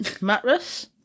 mattress